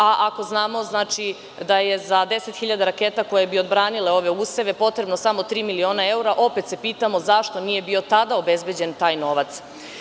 Ako znamo da je za 10.000 raketa koje bi odbranile ove useve potrebno samo tri miliona evra, opet se pitamo zašto nije bio tada obezbeđen taj novac?